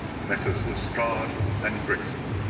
messrs. lestrade and gregson.